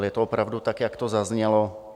Je to opravdu tak, jak to zaznělo.